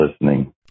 listening